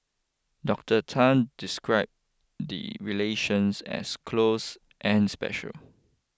Doctor Tan describe the relations as close and special